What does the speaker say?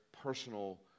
personal